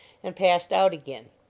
and passed out again.